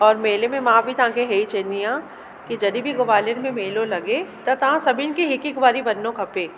और मेले में मां बि तव्हांखे इहेई चवंदी आहियां की जड़ी बि ग्वालियर में मेलो लॻे त तव्हां सभिनि खे हिकु हिकु वारी वञिणो खपे